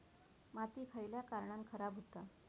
माती खयल्या कारणान खराब हुता?